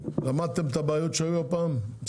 משרד האנרגיה, למדתם את הבעיות שהיו הפעם?